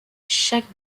chaque